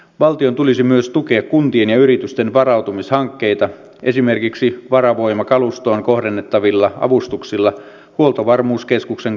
valtion tulisi myös tukea kuntien ja yritysten varautumishankkeita esimerkiksi varavoimakalustoon kohdennettavilla avustuksilla huoltovarmuuskeskuksen kautta